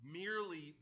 merely